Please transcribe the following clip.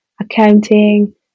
accounting